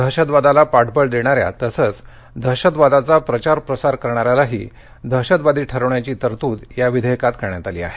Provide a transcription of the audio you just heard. दहशतवादाला पाठबळ देणाऱ्या तसंच दहशतवादाचा प्रचार प्रसार करणाऱ्यालाही दहशतवादी ठरवण्याची तरतूद या विधेयकात करण्यात आली आहे